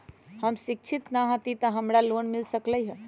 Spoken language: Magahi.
हम शिक्षित न हाति तयो हमरा लोन मिल सकलई ह?